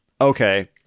okay